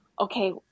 okay